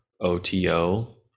OTO